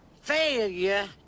failure